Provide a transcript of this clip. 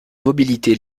mobilité